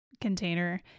container